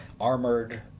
armored